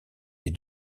les